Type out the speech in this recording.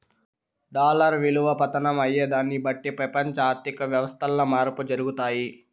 dollar ఇలువ పతనం అయ్యేదాన్ని బట్టి పెపంచ ఆర్థిక వ్యవస్థల్ల మార్పులు జరగతాయి